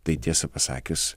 tai tiesą pasakius